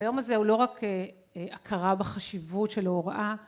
היום הזה הוא לא רק הכרה בחשיבות של ההוראה